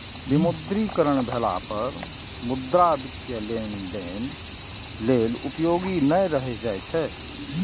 विमुद्रीकरण भेला पर मुद्रा वित्तीय लेनदेन लेल उपयोगी नै रहि जाइ छै